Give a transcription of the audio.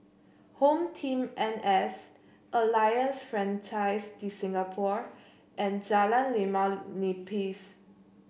HomeTeam N S Alliance Francaise de Singapour and Jalan Limau Nipis